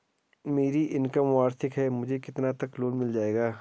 मेरी इनकम वार्षिक है मुझे कितने तक लोन मिल जाएगा?